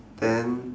then